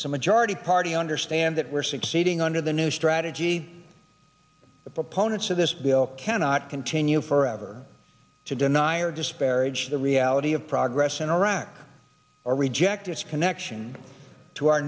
a majority party understand that we're succeeding under the new strategy the proponents of this bill cannot continue forever to deny or disparage the reality of progress in iraq or reject its connection to our